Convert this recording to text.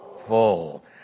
full